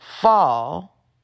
fall